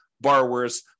borrowers